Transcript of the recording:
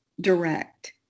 direct